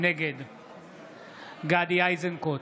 נגד גדי איזנקוט,